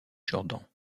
jordan